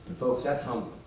folks, that's um